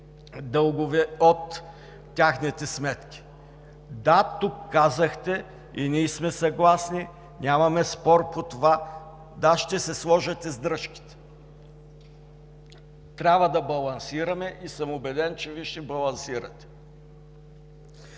дългове от техните сметки. Да, тук казахте, и ние сме съгласни – нямаме спор по това – да, ще се сложат издръжките. Трябва да балансираме и съм убеден, че Вие ще балансирате!